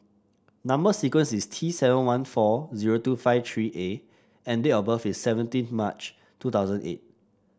number sequence is T seven one four zero two five three A and date of birth is seventeen March two thousand eight